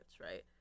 right